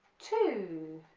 two